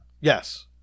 yes